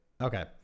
Okay